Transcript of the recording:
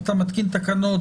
אתה מתקין תקנות,